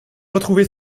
retrouver